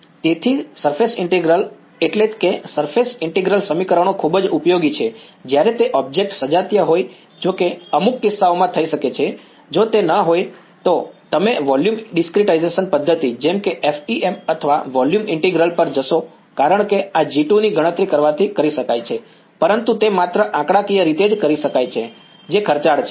તેથી surface integral એટલે કે જે સરફેસ ઈન્ટિગ્રલ સમીકરણો ખૂબ જ ઉપયોગી છે જ્યારે તે ઓબ્જેક્ટ સજાતીય હોય જે અમુક કિસ્સાઓમાં થઈ શકે છે જો તે ન થાય તો તમે અમુક વોલ્યુમ ડિસ્ક્રિટાઈઝેશન પદ્ધતિ જેમ કે FEM અથવા વોલ્યુમ ઈન્ટિગ્રલ પર જશો કારણ કે આ G2 ની ગણતરી કરવાથી કરી શકાય છે પરંતુ તે માત્ર આંકડાકીય રીતે જ કરી શકાશે જે ખર્ચાળ છે